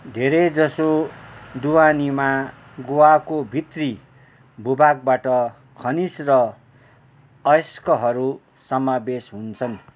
धेरै जसो ढुवानीमा गोवाको भित्री भूभागबाट खनिज र अयस्कहरू समावेश हुन्छन्